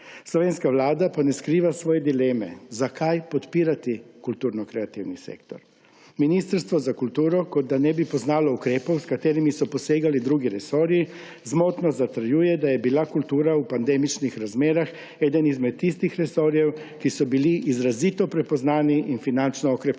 Slovenska vlada pa ne skriva svoje dileme, zakaj podpirati kulturno-kreativni sektor. Ministrstvo za kulturo kot da ne bi poznalo ukrepov, s katerimi so posegali drugi resorji, zmotno zatrjuje, da je bila kultura v pandemičnih razmerah eden izmed tistih resorjev, ki so bili izrazito prepoznani in finančno okrepljeni.